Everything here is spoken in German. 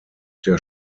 der